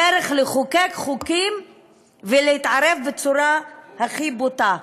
דרך חקיקת חוקים והתערבות בצורה הכי בוטה.